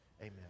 Amen